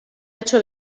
hecho